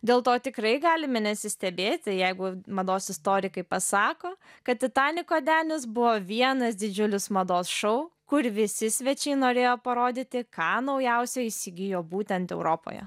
dėl to tikrai galime nesistebėti jeigu mados istorikai pasako kad titaniko denis buvo vienas didžiulis mados šou kur visi svečiai norėjo parodyti ką naujausio įsigijo būtent europoje